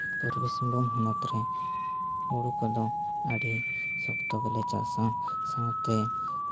ᱯᱩᱨᱵᱤ ᱥᱤᱝᱵᱷᱩᱢ ᱦᱚᱱᱚᱛ ᱨᱮ ᱦᱩᱲᱩ ᱠᱚᱫᱚ ᱟᱹᱰᱤ ᱥᱚᱠᱛᱚ ᱜᱮᱞᱮ ᱪᱟᱥᱟ ᱥᱟᱶᱛᱮ